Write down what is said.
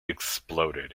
exploded